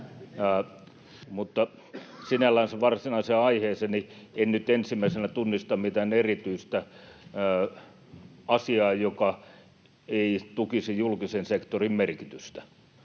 Mutta sinällänsä varsinaiseen aiheeseen: En nyt ensimmäisenä tunnista mitään erityistä asiaa, joka ei tukisi julkisen sektorin merkitystä.